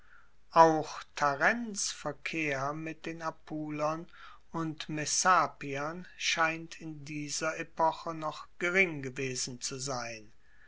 auch tarents verkehr mit den apulern und messapiern scheint in dieser epoche noch gering gewesen zu sein